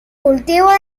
cultivos